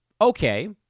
Okay